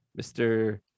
Mr